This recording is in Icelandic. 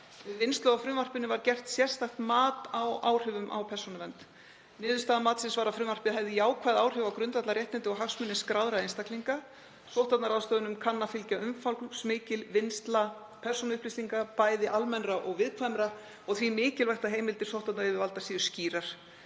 vinnslu á frumvarpinu var gert sérstakt mat á áhrifum á persónuvernd. Niðurstaða matsins var að frumvarpið hefði jákvæð áhrif á grundvallarréttindi og hagsmuni skráðra einstaklinga. Sóttvarnaráðstöfunum kann að fylgja umfangsmikil vinnsla persónuupplýsinga, bæði almennra og viðkvæmra, og því mikilvægt að heimildir sóttvarnayfirvalda séu skýrar.